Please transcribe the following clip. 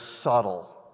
subtle